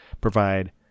provide